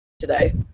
today